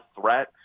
threat